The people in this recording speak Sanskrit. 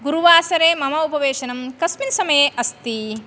गुरुवासरे मम उपवेशनं कस्मिन् समये अस्ति